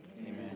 Amen